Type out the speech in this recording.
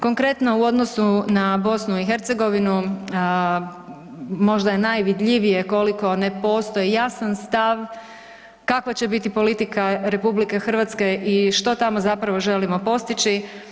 Konkretno u odnosu na BiH, možda je najvidljivije koliko ne postoji jasan stav kakva će biti politika RH i što tamo želimo postići.